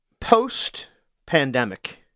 post-pandemic